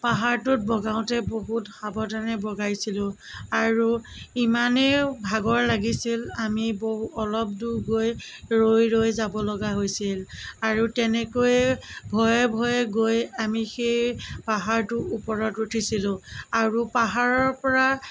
পাহাৰটোত বগাওঁতে বহুত সাৱধানে বগাইছিলোঁ আৰু ইমানে ভাগৰ লাগিছিল আমি বহু অলপ দূৰ গৈ ৰৈ ৰৈ যাব লগা হৈছিল আৰু তেনেকৈয়ে ভয়ে ভয়ে গৈ আমি সেই পাহাৰটোৰ ওপৰত উঠিছিলোঁ আৰু পাহাৰৰ পৰা